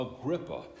Agrippa